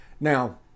Now